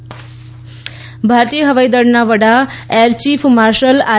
IF chief ભારતીય હવાઈદળના વડા એર ચીફ માર્શલ આર